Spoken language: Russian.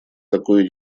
такой